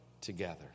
together